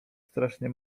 strasznie